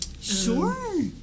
sure